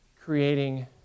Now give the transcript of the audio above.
creating